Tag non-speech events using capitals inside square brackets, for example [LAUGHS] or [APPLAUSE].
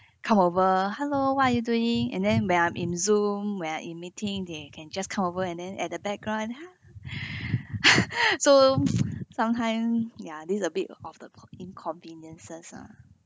come over hello what are you doing and then when I'm in Zoom when I'm in meeting they can just come over and then at the background and hi [BREATH] [LAUGHS] so [NOISE] sometime ya this a bit of the con~ inconveniences